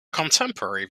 contemporary